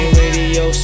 radio